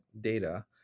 data